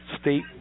state